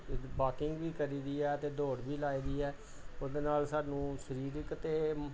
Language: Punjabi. ਬਾਕਿੰਗ ਵੀ ਕਰੀਦੀ ਹੈ ਅਤੇ ਦੌੜ ਵੀ ਲਾਈਦੀ ਹੈ ਉਹਦੇ ਨਾਲ ਸਾਨੂੰ ਸਰੀਰਿਕ ਅਤੇ